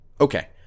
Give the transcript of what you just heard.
Okay